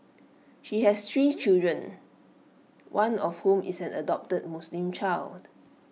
he has three children one of whom is an adopted Muslim child